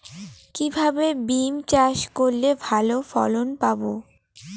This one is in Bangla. কিভাবে বিম চাষ করলে ভালো ফলন পাব?